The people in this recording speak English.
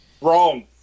Wrong